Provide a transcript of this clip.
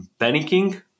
panicking